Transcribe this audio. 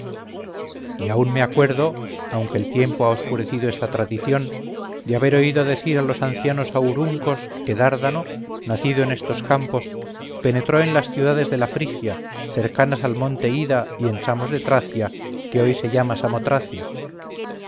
y aun me acuerdo aunque el tiempo ha oscurecido esta tradición de haber oído decir a unos ancianos auruncos que dárdano nacido en estos campos penetró en las ciudades de la frigia cercanas al monte ida y en samos de tracia que hoy se llama